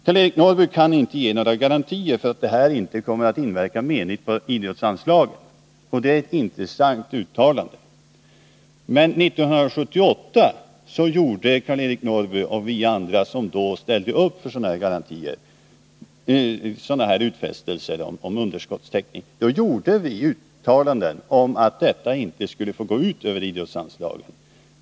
Karl-Eric Norrby kan inte ge några garantier för att detta inte kommer att inverka menligt på idrottsanslagen. Det är ett intressant uttalande. Men 1978 gjorde Karl-Eric Norrby och vi andra som då ställde upp på sådana här utfästelser om underskottsteckning uttalanden om att detta inte skulle få gå ut över idrottsanslagen.